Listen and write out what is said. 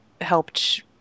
helped